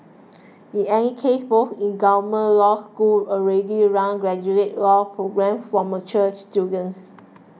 in any case both incumbent law schools already run graduate law programmes for mature students